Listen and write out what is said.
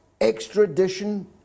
extradition